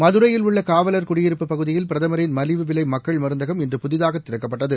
மதுரையில் உள்ள காவலர் குடியிருப்புப் பகுதியில் பிரதமரின் மலிவு விலை மக்கள் மருந்தகம் இன்று புதிதாக திறக்கப்பட்டது